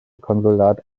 konsulat